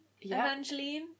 Evangeline